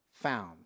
found